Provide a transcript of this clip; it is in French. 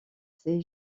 ses